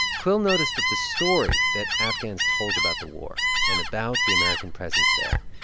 quil noticed that the story that afghans told about the war and about the american presence there,